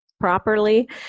properly